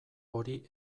hori